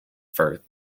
firth